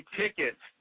tickets